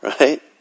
right